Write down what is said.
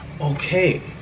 Okay